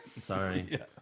Sorry